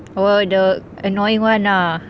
oh the annoying one lah